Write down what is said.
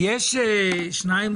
פעמיים עיגלתי פינות מול רשות המסים.